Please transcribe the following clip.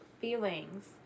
feelings